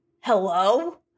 Hello